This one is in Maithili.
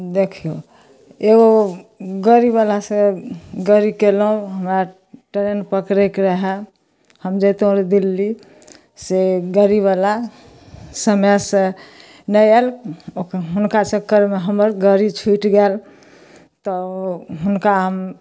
देखिऔ एगो गाड़ीवलासँ गाड़ी कएलहुँ हमरा ट्रेन पकड़ैके रहै हम जाइतोँ रहै दिल्ली से गाड़ीवला समयसँ नहि आएल ओहिके हुनका चक्करमे हमर गाड़ी छुटि गेल तऽ हुनका हम